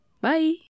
Bye